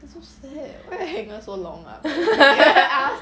eh so sad why your hanger so long ah I